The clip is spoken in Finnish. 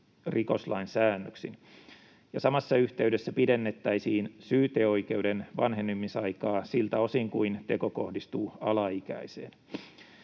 rikoslain säännöksiin. Samassa yhteydessä pidennettäisiin syyteoikeuden vanhenemisaikaa siltä osin kuin teko kohdistuu alaikäiseen.